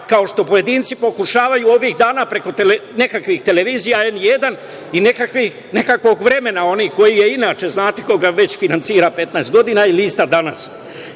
kao što pojedinci pokušavaju ovih dana preko nekakvih televizija N1 i nekakvog "Vremena", inače, znate ko ga već finansira 15 godina, i lista "Danas".